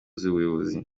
z’ubuyobozi